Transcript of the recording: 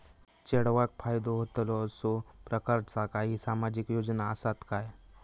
चेडवाक फायदो होतलो असो प्रकारचा काही सामाजिक योजना असात काय?